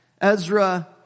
Ezra